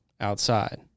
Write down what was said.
outside